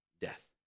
death